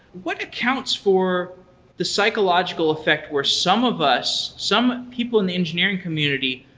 what accounts for the psychological effect where some of us, some people in the engineering community,